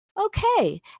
okay